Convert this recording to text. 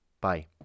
Bye